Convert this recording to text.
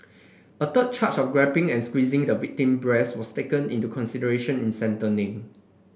a third charge of grabbing and squeezing the victim breast was taken into consideration in